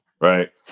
Right